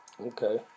Okay